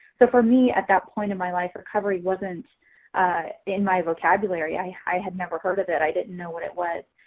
so for me at that point in my life recovery wasn't in in my vocabulary. i had never heard of it. i didn't know what it was.